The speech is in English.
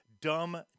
dumb